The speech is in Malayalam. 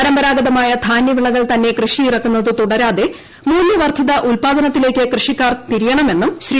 പരമ്പരാഗതമായ ധാനൃവിളകൾ തന്നെ കൃഷിയിറക്കുന്നത് തുടരാതെ മൂല്യവർദ്ധിത ഉത്പാദനത്തിലേക്ക് കൃഷിക്കാർ തിരിയണമെന്നും ശ്രീ